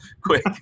Quick